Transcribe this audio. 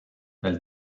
elle